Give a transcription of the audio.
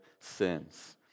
sins